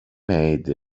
made